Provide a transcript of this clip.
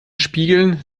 spiegeln